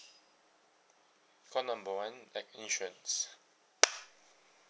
call number one uh insurance